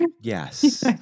Yes